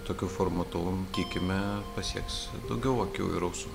tokiu formatu tikime pasieks daugiau akių ir ausų